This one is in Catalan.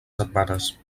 setmanes